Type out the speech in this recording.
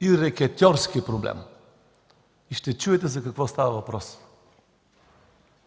и рекетьорски проблем. Ще чуете за какво става въпрос.